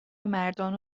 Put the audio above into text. مردان